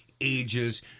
ages